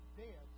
dead